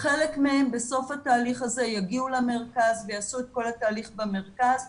חלק מהם בסוף התהליך הזה יגיעו למרכז ויעשו את כל התהליך במרכז,